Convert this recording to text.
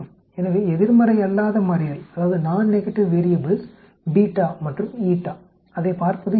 எனவே எதிர்மறை அல்லாத மாறிகள் மற்றும் அதை பார்ப்பது எளிது